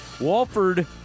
Walford